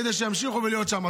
כדי שימשיכו להיות שם.